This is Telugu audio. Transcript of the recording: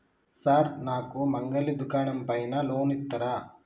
సార్ నాకు మంగలి దుకాణం పైన లోన్ ఇత్తరా?